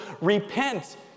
repent